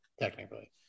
technically